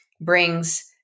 brings